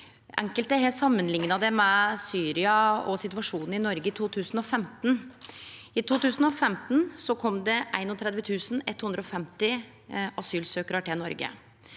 Enkelte har samanlikna det med Syria og situasjonen i Noreg i 2015. I 2015 kom det 31 150 asylsøkjarar til Noreg.